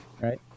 Right